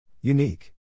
Unique